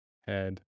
head